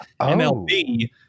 MLB